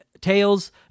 Tails